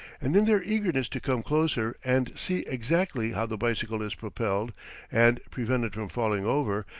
and in their eagerness to come closer and see exactly how the bicycle is propelled and prevented from falling over,